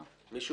למה